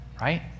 right